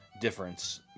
difference